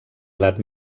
edat